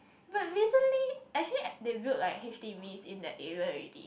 but recently actually they built like h_d_b in that area already